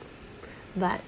but